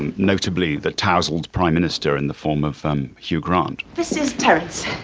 and notably the tousled prime minister in the form of um hugh grant. this is terrists.